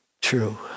true